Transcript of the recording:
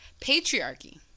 Patriarchy